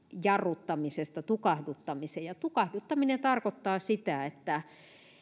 jarruttamisesta tukahduttamiseen tukahduttaminen tarkoittaa sitä että